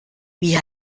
wie